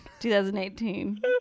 2018